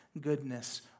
goodness